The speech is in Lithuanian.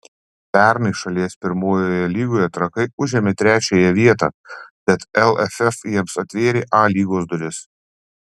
pernai šalies pirmojoje lygoje trakai užėmė trečiąją vietą bet lff jiems atvėrė a lygos duris